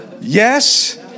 Yes